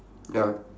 ya